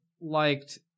liked